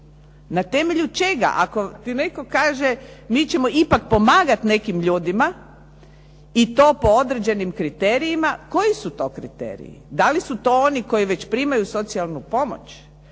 na temelju čega. Ako ti netko kaže mi ćemo ipak pomagat nekim ljudima i to po određenim kriterijima. Koji su to kriteriji? Da li su to oni koji već primaju socijalnu pomoć?